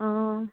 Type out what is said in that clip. অঁ